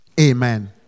Amen